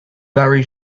very